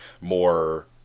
more